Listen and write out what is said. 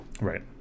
Right